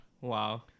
Wow